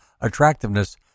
attractiveness